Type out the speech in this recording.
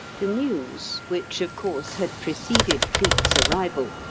the news, which, of course, had preceded cleek's arrival,